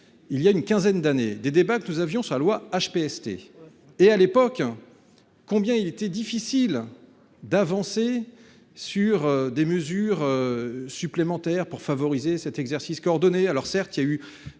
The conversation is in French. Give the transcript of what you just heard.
il y a une quinzaine d'années des débats que nous avions sa loi HPST et à l'époque hein combien il était difficile d'avancer sur des mesures. Supplémentaires pour favoriser cet exercice coordonné. Alors certes il y a eu